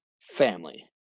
family